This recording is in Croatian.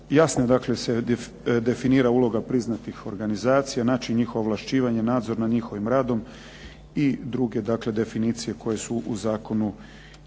Jasno je dakle se definira uloga priznatih organizacija, način njihova ovlašćivanja, nadzor nad njihovim radom i druge dakle definicije koje su u zakonu i